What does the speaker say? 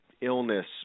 illness